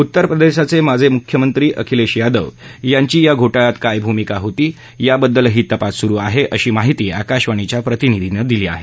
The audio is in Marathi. उत्तर प्रदेशाचे माजी मुख्यमंत्री अखिलेश यादव यांची या घोटाळ्यात काय भूमिका होती याबद्दलही तपास सुरु आहे अशी माहिती आकाशवाणीच्या प्रतिनिधीनं दिली आहे